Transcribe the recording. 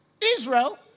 Israel